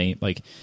Like-